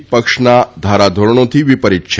ના પક્ષના ધારાધોરણોથી વિપરીત છે